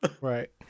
right